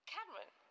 Cameron